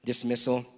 Dismissal